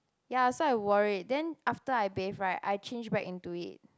ya so I wore it then after I bathe right I changed back into it